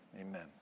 amen